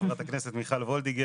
חברת הכנסת מיכל וולדיגר,